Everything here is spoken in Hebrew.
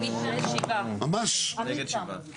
אני יודע שכן, לא אני לא רוצה שתדברי